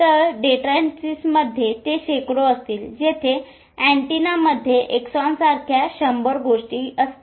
तर डेंड्राइट्समध्ये ते शेकडो असतील जेथे ऍन्टीनामध्ये ऍक्सॉनसारख्या 100 गोष्टी असतील